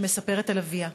שמספרת על אביה: